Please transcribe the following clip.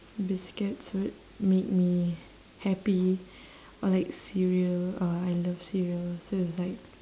biscuits would make me happy or like cereal oh I love cereal so it's like